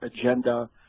agenda